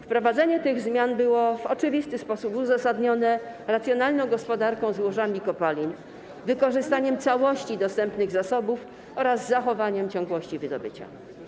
Wprowadzenie tych zmian było w oczywisty sposób uzasadnione racjonalną gospodarką złożami kopalin, wykorzystaniem całości dostępnych zasobów oraz zachowaniem ciągłości wydobycia.